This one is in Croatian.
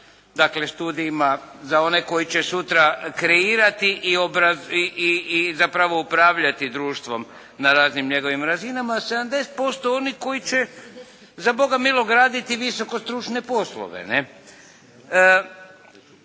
dakle studijima za one koji će sutra kreirati i zapravo upravljati društvom na raznim njegovim razinama 70% oni koji će za Boga miloga raditi visokostručne poslove.